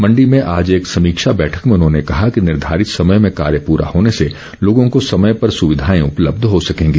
मण्डी में आज एक समीक्षा बैठक में उन्होंने कहा कि निर्धारित समय में कार्य प्ररा होने से लोगों को समय पर सुविधाए उपलब्ध हो सकेंगी